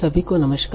सभी को नमस्कार